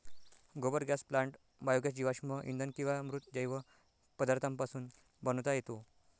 गोबर gas plant biogas जीवाश्म इंधन किंवा मृत जैव पदार्थांपासून बनवता येतो